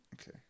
Okay